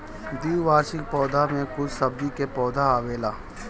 द्विवार्षिक पौधा में कुछ सब्जी के पौधा आवेला